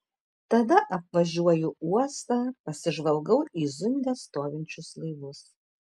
tada apvažiuoju uostą pasižvalgau į zunde stovinčius laivus